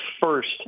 first